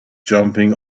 jumping